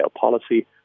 policy